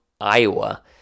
Iowa